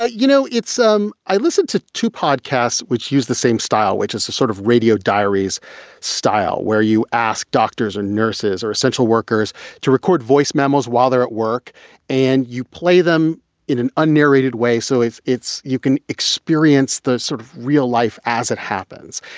ah you know, it's um i listen to two podcasts which use the same style, which is a sort of radio diaries style where you ask doctors or nurses or essential workers to record voice memos while they're at work and you play them in an underrated way. so if it's you can experience the sort of real life as it happens.